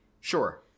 Sure